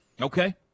Okay